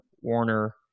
Warner